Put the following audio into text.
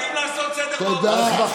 חייבים לעשות סדר באופוזיציה.